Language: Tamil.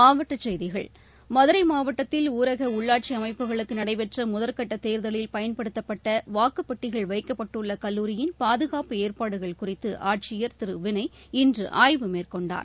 மாவட்டச் செய்திகள் மதுரை மாவட்டத்தில் ஊரக உள்ளாட்சி அமைப்புகளுக்கு நட்பெற்ற முதற்கட்டத் தேர்தலில் பயன்படுத்தப்பட்ட வாக்குப்பெட்டிகள் வைக்கப்பட்டுள்ள கல்லூரியின் பாதுகாப்பு ஏற்பாடுகள் குறித்து ஆட்சியர் திரு வினய் இன்று ஆய்வு மேற்கொண்டார்